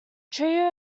trio